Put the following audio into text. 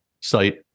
site